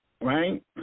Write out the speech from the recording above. right